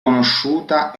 conosciuta